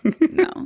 No